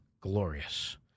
glorious